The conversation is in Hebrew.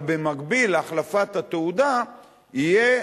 אבל במקביל להחלפת התעודה, זה יהיה